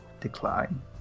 decline